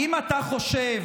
חבר הכנסת כסיף, האם אתה חושב